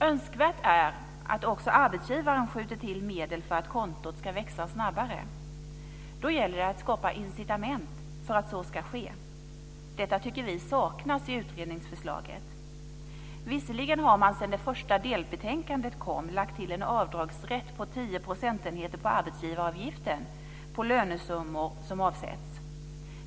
Önskvärt är att också arbetsgivaren skjuter till medel för att kontot ska växa snabbare. Då gäller det att skapa incitament för att så ska ske. Detta tycker vi saknas i utredningsförslaget. Visserligen har man sedan det första delbetänkandet kom lagt till en avdragsrätt om 10 procentenheter på arbetsgivaravgiften på lönesummor som avsätts.